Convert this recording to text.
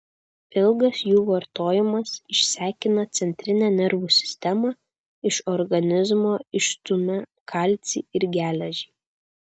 ilgas jų vartojimas išsekina centrinę nervų sistemą iš organizmo išstumia kalcį ir geležį